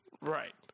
Right